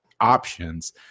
options